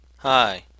Hi